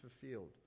fulfilled